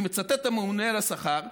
אני מצטט את הממונה על השכר,